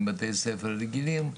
עם בתי ספר רגילים,